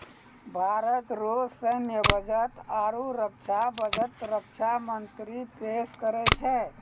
भारत रो सैन्य बजट आरू रक्षा बजट रक्षा मंत्री पेस करै छै